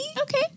Okay